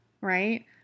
right